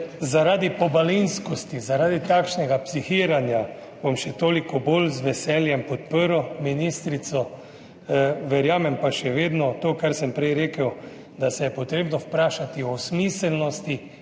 zaradi pobalinskosti, zaradi takšnega psihiranja bom še toliko bolj z veseljem podprl ministrico. Verjamem pa še vedno to, kar sem prej rekel, da se je potrebno vprašati o smiselnosti